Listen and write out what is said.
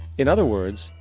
in other words,